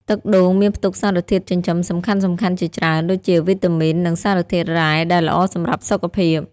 ទឹកដូងមានផ្ទុកសារធាតុចិញ្ចឹមសំខាន់ៗជាច្រើនដូចជា វីតាមីន និង សារធាតុរ៉ែ ដែលល្អសម្រាប់សុខភាព។